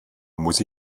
muss